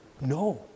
No